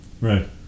Right